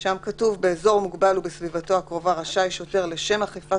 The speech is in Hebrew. שוטר, ובלבד שהוא קיבל את